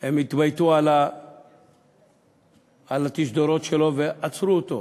הם התבייתו על התשדורות שלו ועצרו אותו.